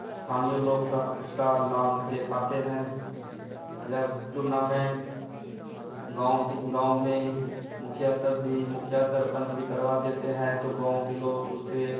स्थानीय लोग का उसका लाभ ले पाते हैं अगर टूर्नामेंट गाँव के गाँव में मुखिया सर भी मुखिया सरपंच भी करवा देते हैं तो गाँव के लोग उससे